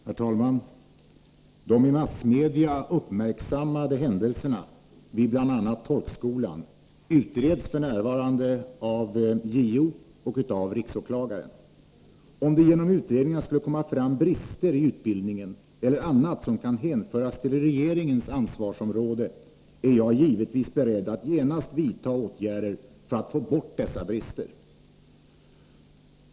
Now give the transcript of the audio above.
Herr talman! De i massmedia uppmärksammade händelserna vid bl.a. tolkskolan utreds f.n. av JO och av riksåklagaren. Om det genom utredningar skulle framkomma brister i utbildningen eller annat som kan hänföras till regeringens ansvarsområde, är jag givetvis beredd att genast vidta åtgärder för att få bort dessa brister.